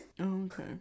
Okay